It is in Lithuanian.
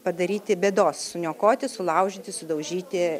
padaryti bėdos suniokoti sulaužyti sudaužyti